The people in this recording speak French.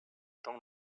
temps